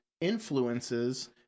influences